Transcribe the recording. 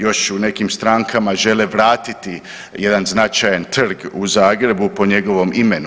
Još u nekim strankama žele vratiti jedan značajan trg u Zagrebu po njegovom imenu.